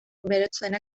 burutsuena